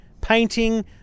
Painting